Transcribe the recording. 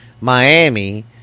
Miami